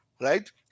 Right